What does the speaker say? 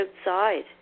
outside